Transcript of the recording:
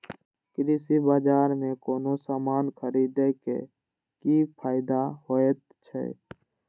कृषि बाजार में कोनो सामान खरीदे के कि फायदा होयत छै?